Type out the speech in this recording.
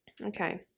Okay